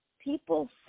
people